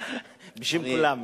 בשביל כולם.